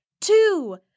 two